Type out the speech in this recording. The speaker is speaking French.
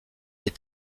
est